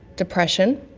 depression,